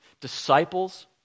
Disciples